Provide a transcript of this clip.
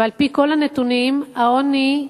ועל-פי כל הנתונים העוני,